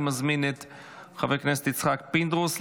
ותחזור לוועדת החינוך התרבות והספורט לצורך הכנתה לקריאה שנייה ושלישית.